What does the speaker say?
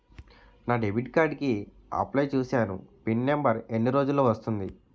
నా debit card కి apply చూసాను పిన్ నంబర్ ఎన్ని రోజుల్లో వస్తుంది?